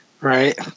right